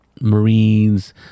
Marines